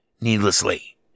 Needlessly